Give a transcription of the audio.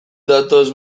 datoz